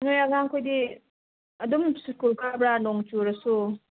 ꯅꯣꯏ ꯑꯉꯥꯡ ꯈꯣꯏꯗꯤ ꯑꯗꯨꯝ ꯁꯨꯀꯨꯜ ꯀꯥꯕ꯭ꯔ ꯅꯣꯡ ꯆꯨꯔꯁꯨ